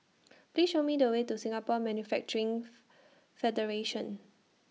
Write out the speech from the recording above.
Please Show Me The Way to Singapore Manufacturing's Federation